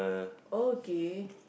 okay